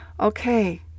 Okay